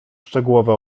szczegółowe